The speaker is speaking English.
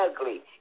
ugly